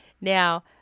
now